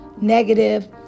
negative